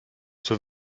zur